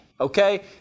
Okay